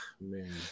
man